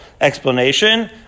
explanation